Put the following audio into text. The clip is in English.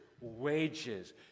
wages